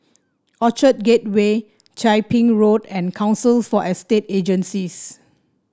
Orchard Gateway Chia Ping Road and Council for Estate Agencies